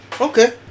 Okay